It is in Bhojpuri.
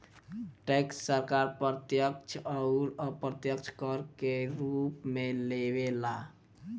टैक्स सरकार प्रत्यक्ष अउर अप्रत्यक्ष कर के रूप में लेवे ला